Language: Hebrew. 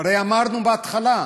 הרי אמרנו בהתחלה,